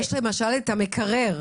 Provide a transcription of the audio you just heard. יש למשל את המקרר,